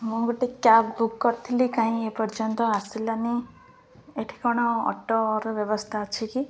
ମୁଁ ଗୋଟେ cab book କରିଥିଲି କାଇଁ ଏ ପର୍ଯ୍ୟନ୍ତ ଆସିଲାନି ଏଠି କ'ଣ ଅଟୋର ବ୍ୟବସ୍ଥା ଅଛି କି